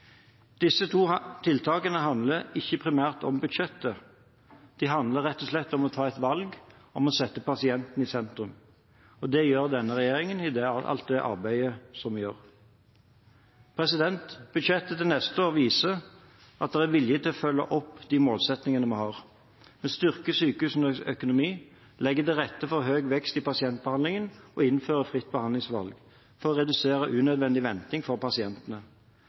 Disse to tiltakene handler ikke primært om budsjetter; de handler rett og slett om å ta et valg om å sette pasienten i sentrum. Det gjør denne regjeringen i alt det arbeidet vi gjør. Budsjettet for neste år viser at det er vilje til å følge opp de målsettingene vi har: Vi styrker sykehusenes økonomi, legger til rette for høy vekst i pasientbehandlingen og innfører fritt behandlingsvalg for å redusere unødvendig venting for pasientene.